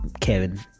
Kevin